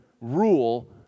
rule